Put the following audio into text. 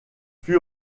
fut